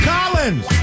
Collins